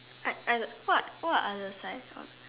I I what what are the size of